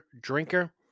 drinker